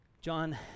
John